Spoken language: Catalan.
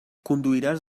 conduiràs